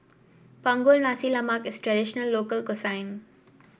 Punggol Nasi Lemak is a traditional local cuisine